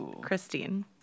Christine